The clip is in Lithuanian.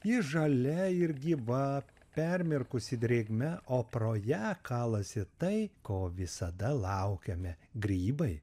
ji žalia ir gyva permirkusi drėgme o pro ją kalasi tai ko visada laukiame grybai